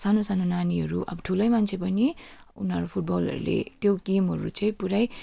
सानो सानो नानीहरू अब ठुलै मान्छे पनि उनीहरू फुटबलहरूले त्यो गेमहरू चाहिँ पुरै